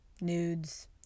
nudes